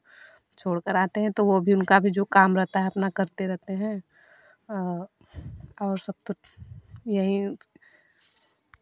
छोड़ कर आते हैं तो वह भी उनका भी जो काम रहता है अपना करते रहते हैं और सब तो यही